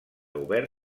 obert